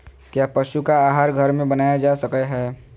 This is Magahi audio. क्या पशु का आहार घर में बनाया जा सकय हैय?